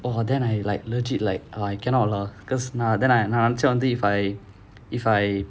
!wah! then I like legit like I cannot lah because நான் நான் நினைச்சேன் வந்து:naan naan ninaichaen vanthu if I if I